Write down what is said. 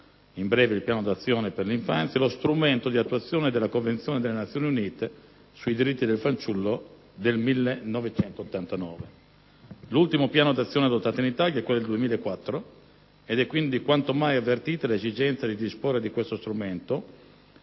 in breve, il Piano d'azione per l'infanzia - è lo strumento di attuazione della Convenzione delle Nazioni Unite sui diritti del fanciullo del 1989. L'ultimo Piano d'azione adottato dall'Italia è quello del 2004 ed è quindi quanto mai avvertita l'esigenza di disporre di questo strumento,